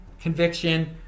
Conviction